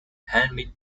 handmade